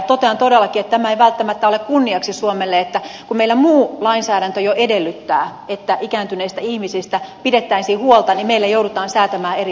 totean todellakin että tämä ei välttämättä ole kunniaksi suomelle että kun meillä muu lainsäädäntö jo edellyttää että ikääntyneistä ihmisistä pidettäisiin huolta niin meillä joudutaan säätämään erillislaki